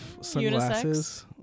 sunglasses